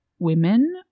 women